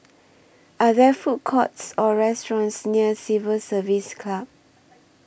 Are There Food Courts Or restaurants near Civil Service Club